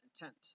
intent